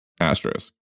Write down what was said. Asterisk